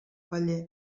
paller